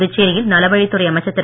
புதுச்சேரியில் நலவழித் துறை அமைச்சர் திரு